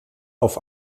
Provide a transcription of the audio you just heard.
auf